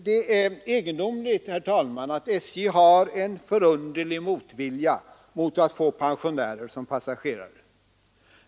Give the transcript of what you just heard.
Det är förunderligt, herr talman, att SJ har en sådan motvilja mot att få pensionärer som passagerare.